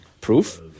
proof